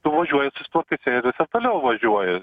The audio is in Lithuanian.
tu važiuoji atsistot į servisą ir toliau važiuoji